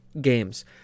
games